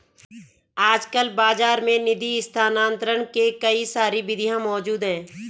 आजकल बाज़ार में निधि स्थानांतरण के कई सारी विधियां मौज़ूद हैं